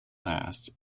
last